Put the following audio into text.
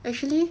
actually